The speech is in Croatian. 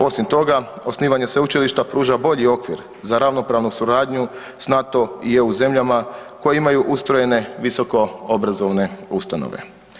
Osim toga, osnivanje Sveučilišta pruža bolji okvir za ravnopravnu suradnju s NATO i EU zemljama koje imaju ustrojene visokoobrazovne ustanove.